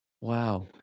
wow